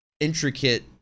intricate